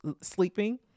sleeping